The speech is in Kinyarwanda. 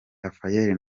rafael